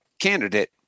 candidate